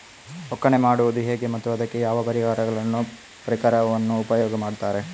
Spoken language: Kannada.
ಒಕ್ಕಣೆ ಮಾಡುವುದು ಹೇಗೆ ಮತ್ತು ಅದಕ್ಕೆ ಯಾವ ಪರಿಕರವನ್ನು ಉಪಯೋಗ ಮಾಡುತ್ತಾರೆ?